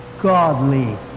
Godly